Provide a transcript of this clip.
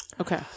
Okay